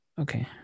okay